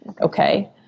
okay